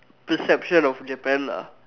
perception of Japan lah